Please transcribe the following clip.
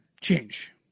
change